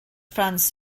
franz